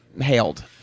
hailed